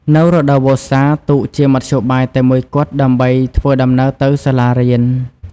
នៅរដូវវស្សា ទូកជាមធ្យោបាយតែមួយគត់ដើម្បីធ្វើដំណើរទៅសាលារៀន។